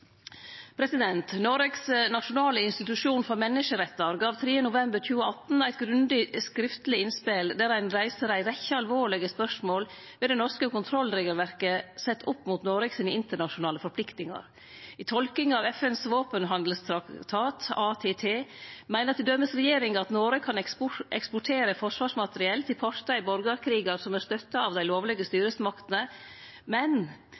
Noregs nasjonale institusjon for menneskerettar gav 3. november 2018 eit grundig skriftleg innspel der ein reiser ei rekkje alvorlege spørsmål ved det norske kontrollregelverket, sett opp mot Noregs internasjonale forpliktingar. I tolkinga av FNs våpenhandelstraktat, ATT, meiner t.d. regjeringa at Noreg kan eksportere forsvarsmateriell til partar i borgarkrigar som er støtta av dei lovlege styresmaktene, men